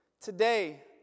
today